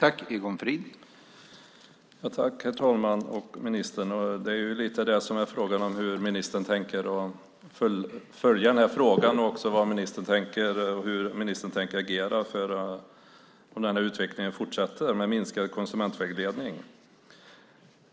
Herr talman! Det är det som är frågan: hur ministern tänker följa frågan och hur ministern tänker agera om utvecklingen fortsätter med minskad konsumentvägledning.